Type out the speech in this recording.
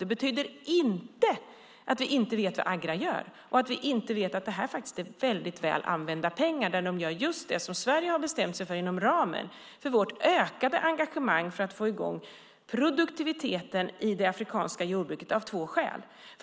Det betyder inte att vi inte vet vad Agra gör och att vi inte vet att detta är väl använda pengar. De gör just det som Sverige har bestämt sig för inom ramen för vårt ökade engagemang för att få i gång produktiviteten i det afrikanska jordbruket. Detta har två skäl.